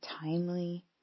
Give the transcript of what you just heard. timely